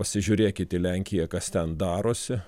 pasižiūrėkit į lenkiją kas ten darosi